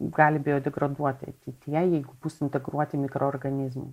gali biodegraduoti ateityje jeigu bus integruoti mikroorganizmai